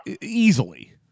easily